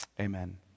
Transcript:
Amen